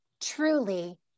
truly